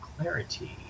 clarity